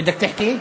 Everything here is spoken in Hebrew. בידכ תחכי?